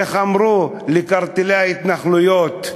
איך אמרו, לקרטלי ההתנחלויות.